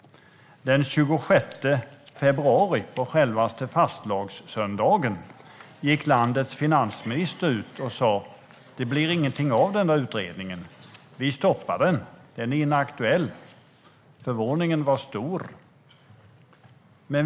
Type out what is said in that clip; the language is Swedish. Den 26 februari, på självaste fastlagssöndagen, gick landets finansminister ut och sa: Det blir ingenting av den där utredningen. Vi stoppar den. Den är inaktuell. Förvåningen var stor.